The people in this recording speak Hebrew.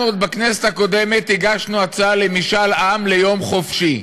אנחנו בכנסת הקודמת הגשנו הצעה למשאל עם ליום חופשי.